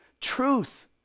Truth